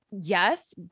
yes